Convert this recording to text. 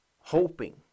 Hoping